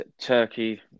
Turkey